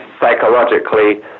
psychologically